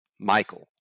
Michael